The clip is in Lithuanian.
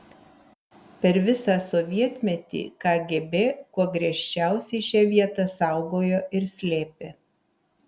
per visą sovietmetį kgb kuo griežčiausiai šią vietą saugojo ir slėpė